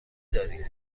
دارید